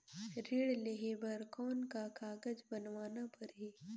ऋण लेहे बर कौन का कागज बनवाना परही?